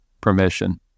permission